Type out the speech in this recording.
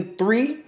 three